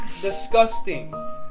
disgusting